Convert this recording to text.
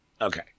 Okay